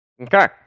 Okay